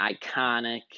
iconic